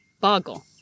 Boggle